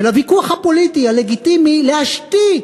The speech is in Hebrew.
של הוויכוח הפוליטי הלגיטימי, להשתיק